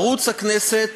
ערוץ הכנסת